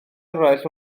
eraill